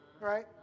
Right